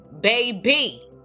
baby